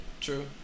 True